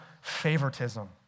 favoritism